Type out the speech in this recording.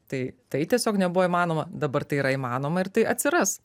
tai tai tiesiog nebuvo įmanoma dabar tai yra įmanoma ir tai atsiras